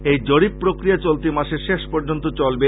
এই জরীপ প্রক্রিয়া চলতি মাসের শেষ পর্যন্ত চলবে